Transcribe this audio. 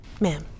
ma'am